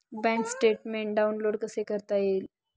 Bank statement download कसे करता येईल?